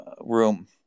room